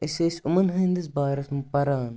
أسۍ ٲسۍ یِمَن ہٕنٛدِس بارَس منٛز پَران